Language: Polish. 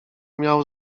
miał